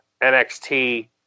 NXT